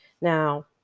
Now